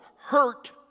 hurt